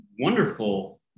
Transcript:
wonderful